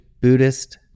Buddhist